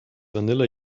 vanilla